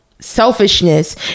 selfishness